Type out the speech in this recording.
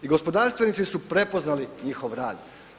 I gospodarstvenici su prepoznali njihov rad.